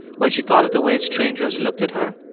when she thought of the way strangers looked at her,